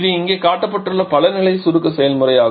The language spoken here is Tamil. இது இங்கே காட்டப்பட்டுள்ள பல நிலை சுருக்க செயல்முறை ஆகும்